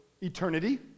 eternity